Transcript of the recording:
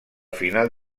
final